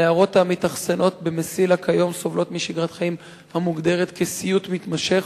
הנערות המתאכסנות ב"מסילה" כיום סובלות משגרת חיים המוגדרת כסיוט מתמשך,